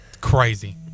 crazy